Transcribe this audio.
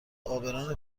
عابران